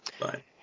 Bye